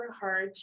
hard